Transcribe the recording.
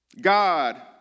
God